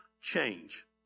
change